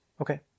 Okay